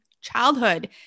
childhood